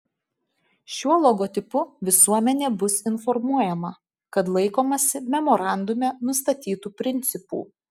šiuo logotipu visuomenė bus informuojama kad laikomasi memorandume nustatytų principų